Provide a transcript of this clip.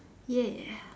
!yay!